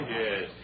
yes